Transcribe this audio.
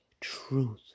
truth